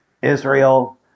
Israel